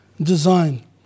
design